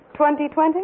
20-20